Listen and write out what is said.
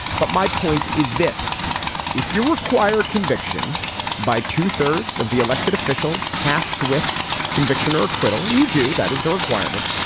but my point is this if you require conviction by two thirds of the elected officials tasked with conviction or acquittal, and you do. that is the requirement.